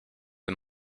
and